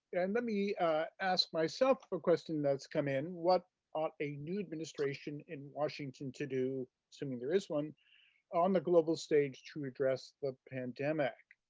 and let me ask myself a question that's come in. what ought a new administration in washington to do assuming there is one on the global stage to address the pandemic?